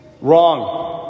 Wrong